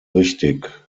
richtig